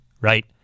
right